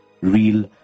real